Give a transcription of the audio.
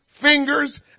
fingers